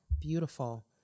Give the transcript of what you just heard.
Beautiful